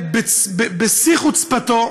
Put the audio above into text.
בשיא חוצפתה: